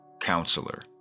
counselor